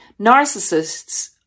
Narcissists